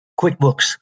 QuickBooks